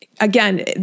Again